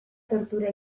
tortura